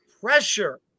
pressure